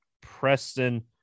Preston